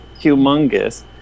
humongous